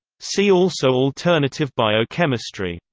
see also alternative biochemistry.